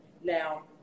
now